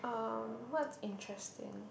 um what's interesting